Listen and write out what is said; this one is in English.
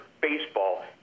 baseball